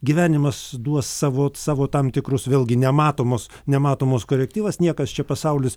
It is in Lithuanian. gyvenimas duos savo savo tam tikrus vėlgi nematomos nematomos korektyvas niekas čia pasaulis